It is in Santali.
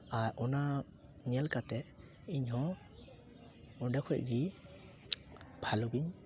ᱟᱨ ᱚᱱᱟ ᱧᱮᱞ ᱠᱟᱛᱮᱫ ᱤᱧᱦᱚᱸ ᱚᱸᱰᱮ ᱠᱷᱚᱱ ᱜᱮ ᱵᱷᱟᱹᱞᱤ ᱜᱤᱧ